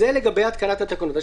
זה לגבי התקנת התקנות.